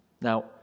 Now